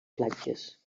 platges